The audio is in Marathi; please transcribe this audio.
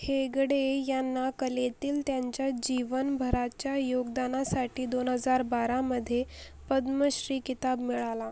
हेगडे यांना कलेतील त्यांच्या जीवनभराच्या योगदानासाठी दोन हजार बारामध्ये पद्मश्री किताब मिळाला